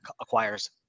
acquires